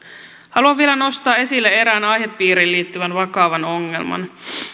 haluan vielä nostaa esille erään aihepiiriin liittyvän vakavan ongelman